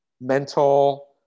mental